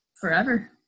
forever